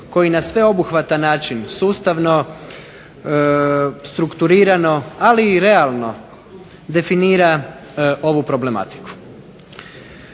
koji na sveobuhvatan način sustavno, strukturirano, ali i realno definira ovu problematiku.